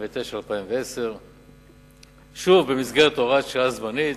2009 2010. שוב, במסגרת הוראת שעה זמנית.